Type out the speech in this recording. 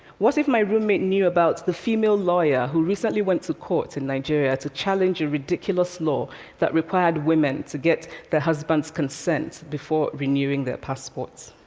what if my roommate knew about the female lawyer who recently went to court in nigeria to challenge a ridiculous law that required women to get their husband's consent before renewing their passports?